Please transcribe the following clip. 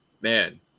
man